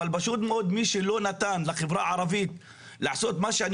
אבל פשוט מאוד מי שלא נתן לחברה הערבית לעשות מה שאני